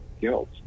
guilt